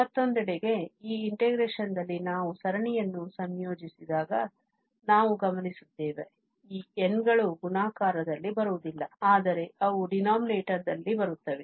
ಮತ್ತೊಂದೆಡೆ ಈಗ integration ದಲ್ಲಿ ನಾವು ಸರಣಿಯನ್ನು ಸಂಯೋಜಿಸಿದಾಗ ನಾವು ಗಮನಿಸುತ್ತೇವೆ ಈ n ಗಳು ಗುಣಾಕಾರದಲ್ಲಿ ಬರುವುದಿಲ್ಲ ಆದರೆ ಅವು denominator ದಲ್ಲಿ ಬರುತ್ತವೆ